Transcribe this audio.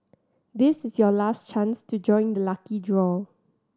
this is your last chance to join the lucky draw